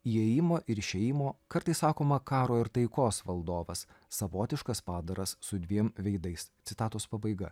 įėjimo ir išėjimo kartais sakoma karo ir taikos valdovas savotiškas padaras su dviem veidais citatos pabaiga